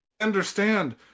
Understand